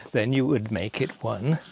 then you would make it one,